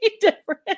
different